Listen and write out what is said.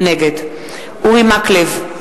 נגד אורי מקלב,